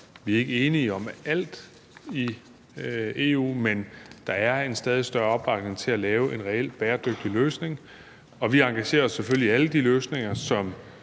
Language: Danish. vi er ikke enige om alt i EU, men der er en stadig større opbakning til at lave en reelt bæredygtig løsning. Vi engagerer os selvfølgelig i alle de løsninger, som